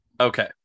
Okay